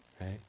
right